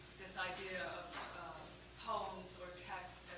this idea of poems or texts